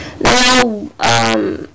Now